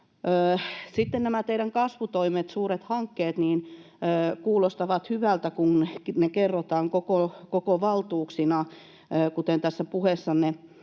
Sitten nämä teidän kasvutoimenne, suuret hankkeet, kuulostavat hyviltä, kun ne kerrotaan koko valtuuksina, kuten tässä puheessanne